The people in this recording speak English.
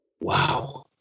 Wow